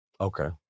Okay